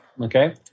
Okay